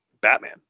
Batman